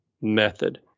method